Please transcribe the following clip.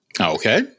okay